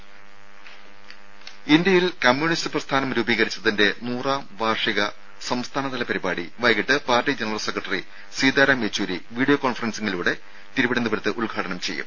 രും ഇന്ത്യയിൽ കമ്യൂണിസ്റ്റ് പ്രസ്ഥാനം രൂപീകരിച്ചതിന്റെ നൂറാം വാർഷിക സംസ്ഥാനതല പരിപാടി വൈകിട്ട് party general secretary Sitaram Yechury video കോൺഫറൻസിംഗിലൂടെ തിരുവനന്തപുരത്ത് ഉദ്ഘാടനം ചെയ്യും